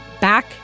Back